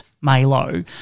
malo